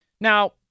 Now